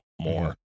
more